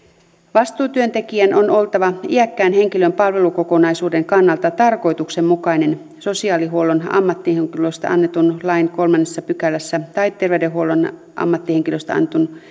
vastuutyöntekijän on oltava iäkkään henkilön palvelukokonaisuuden kannalta tarkoituksenmukainen sosiaalihuollon ammattihenkilöistä annetun lain kolmannessa pykälässä tai terveydenhuollon ammattihenkilöistä annetun